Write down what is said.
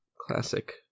Classic